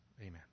Amen